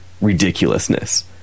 ridiculousness